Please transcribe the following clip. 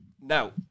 Now